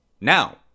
Now